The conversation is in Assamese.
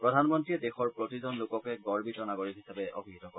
প্ৰধানমন্ত্ৰীয়ে দেশৰ প্ৰতিজন লোককে গৰ্বিত নাগৰিক হিচাপে অভিহিত কৰে